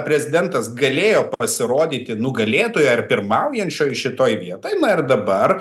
prezidentas galėjo pasirodyti nugalėtojo ar pirmaujančioj šitoj vietoj na ir dabar